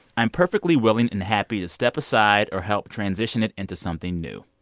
i'm perfectly willing and happy to step aside or help transition it into something new.